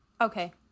Okay